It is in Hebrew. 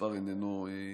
המספר אינו מספיק,